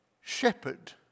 Shepherd